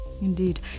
indeed